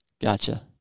Gotcha